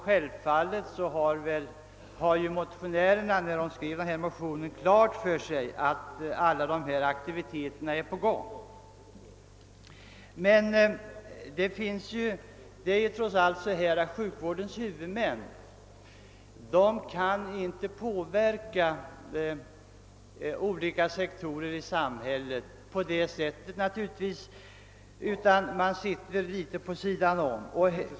Självfallet har motionärerna när de skrev motionen känt till att alla dessa aktiviteter pågår, men trots allt kan sjukvårdens huvudmän inte påverka så många sektorer i samhället, utan de befinner sig litet vid sidan om.